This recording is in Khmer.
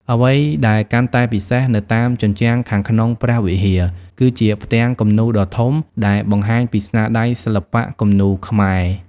អ្វីដែលកាន់តែពិសេស នៅតាមជញ្ជាំងខាងក្នុងព្រះវិហារ គឺជាផ្ទាំងគំនូរដ៏ធំ ដែលបង្ហាញពីស្នាដៃសិល្បៈគំនូរខ្មែរ។